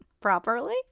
properly